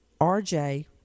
RJ